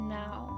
now